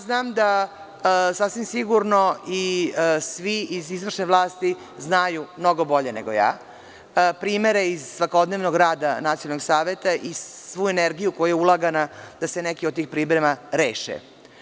Znam da sasvim sigurno i svi iz izvršne vlasti znaju mnogo bolje nego ja primere iz svakodnevnog rada nacionalnih saveta i svu energiju koja je ulagana da se neki od tih primera reše.